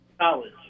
college